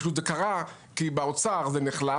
זה קרה כי באוצר זה נחלש,